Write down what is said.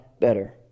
better